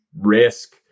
risk